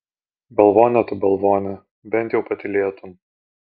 balvone tu balvone bent jau patylėtum